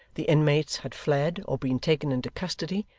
the inmates had fled or been taken into custody,